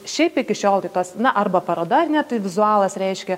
šiaip iki šiol tai tas na arba paroda ar ne tai vizualas reiškia